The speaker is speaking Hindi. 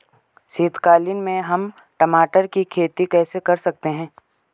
शीतकालीन में हम टमाटर की खेती कैसे कर सकते हैं?